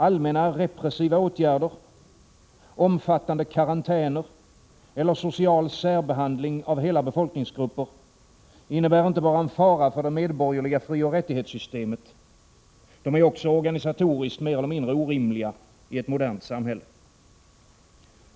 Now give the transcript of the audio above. Allmänna repressiva åtgärder, omfattande karantäner eller social särbehandling av hela befolkningsgrupper innebär inte bara en fara för det medborgerliga frioch rättighetssystemet, de är också organisatoriskt mer eller mindre orimliga i ett modernt samhälle.